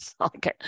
Okay